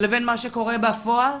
לבין מה שקורה בפועל,